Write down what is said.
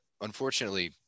unfortunately